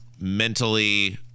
mentally